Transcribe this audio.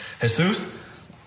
Jesus